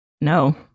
no